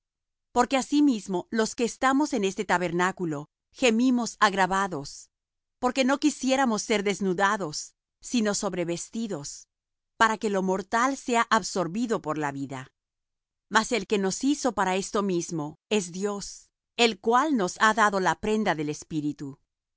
porque asimismo los que estamos en este tabernáculo gemimos agravados porque no quisiéramos ser desnudados sino sobrevestidos para que lo mortal sea absorbido por la vida mas el que nos hizo para esto mismo es dios el cual nos ha dado la prenda del espíritu